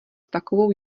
takovou